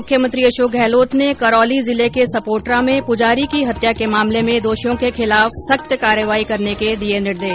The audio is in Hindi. मुख्यमंत्री अशोक गहलोत ने करौली जिले के सपोटरा में पुजारी की हत्या के मामले में दोषियों के खिलाफ सख्त कार्रवाई करने के दिए निर्देश